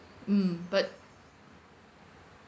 mm but